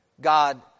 God